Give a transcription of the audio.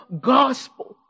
gospel